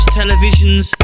televisions